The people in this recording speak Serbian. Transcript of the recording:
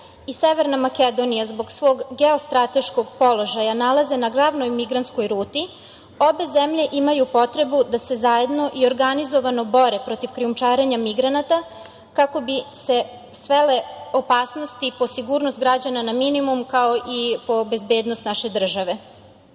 i Severna Makedonija zbog svog geostrateškog položaja nalaze na glavnoj migrantskoj ruti, obe zemlje imaju potrebu da zajedno i organizovano bore protiv krijumčarenja migranata kako bi se svele opasnosti po sigurnost građana na minimum, kao i po bezbednost naše države.